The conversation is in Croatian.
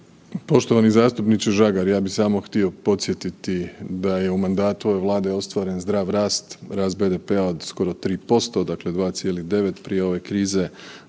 Poštovani zastupniče Žagar, ja bih samo htio podsjetiti da u mandatu ove Vlade ostvaren zdrav rast, rast BDP-a od skoro 3%, dakle 2,9% prije ove krize,